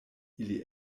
ili